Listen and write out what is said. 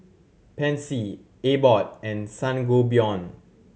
Pansy Abbott and Sangobion